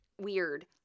weird